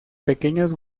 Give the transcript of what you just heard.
pequeños